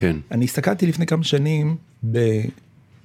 כן, אני הסתכלתי לפני כמה שנים ב...